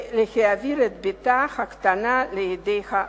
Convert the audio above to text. והעביר את בתה הקטנה לידי האב.